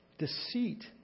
Deceit